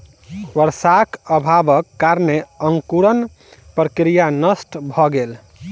वर्षाक अभावक कारणेँ अंकुरण प्रक्रिया नष्ट भ गेल